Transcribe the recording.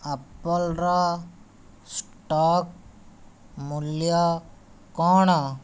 ଆପଲ୍ର stock ମୂଲ୍ୟ କ'ଣ